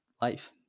life